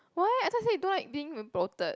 why I thought you say you don't like being bloated